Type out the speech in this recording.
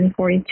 142